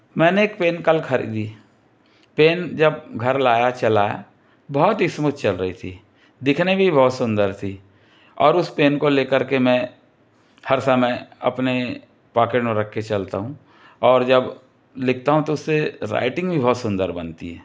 मैंने एक पेन कल खरीदी पेन जब घर लाया चलाया बहुत ही स्मूद चल रही थी दिखने में भी बहुत सुंदर थी और उस पेन को लेकर के मैं हर समय अपने पॉकेट में रखके चलता हूँ और जब लिखता हूँ तो उससे राइटिंग भी बहुत सुंदर बनती है